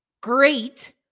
Great